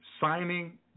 Signing